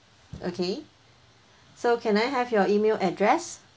okay so can I have your email address